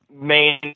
main